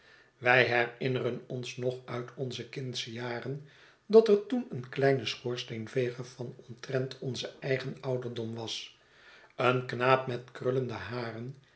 wij herinneren ons nog uit onze kindsche jaren dat er toen een kleine schoorsteenveger van omtrent onzen eigen ouderdom was een knaap met krullende haren